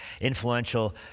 influential